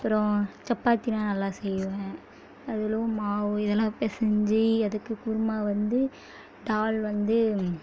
அப்புறம் சப்பாத்தியெலாம் நல்லா செய்வேன் அதுலேயும் மாவு இதெல்லாம் பிசைஞ்சி அதுக்கு குருமா வந்து தால் வந்து